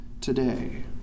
today